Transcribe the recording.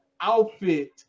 outfit